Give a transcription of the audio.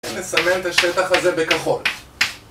נסמן את השטח הזה בכחול